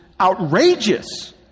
outrageous